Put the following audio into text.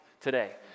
today